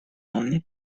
anni